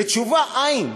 ותשובה אין.